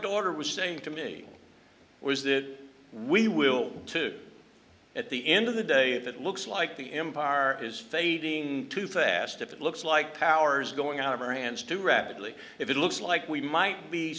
daughter was saying to me was that we will too at the end of the day if it looks like the empire are is fading too fast if it looks like power's going out of our hands too rapidly if it looks like we might be